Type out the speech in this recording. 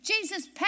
Jesus